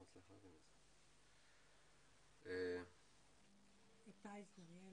יעל